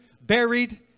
buried